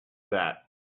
that